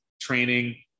training